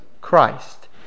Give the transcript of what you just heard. Christ